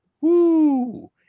Woo